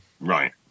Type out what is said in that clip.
Right